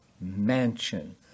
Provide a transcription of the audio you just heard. mansion